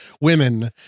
women